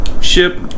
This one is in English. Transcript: ship